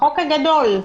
בחוק הגדול.